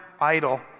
idol